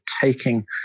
taking